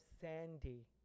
sandy